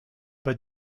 pas